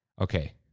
okay